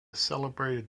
celebrated